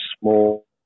small